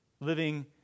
living